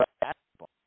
basketball